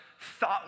thought